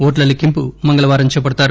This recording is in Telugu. ఓట్ల లెక్కింపు మంగళవారం చేపడతారు